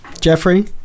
Jeffrey